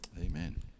Amen